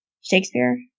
Shakespeare